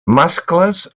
mascles